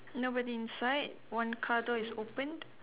nobody inside one car door is opened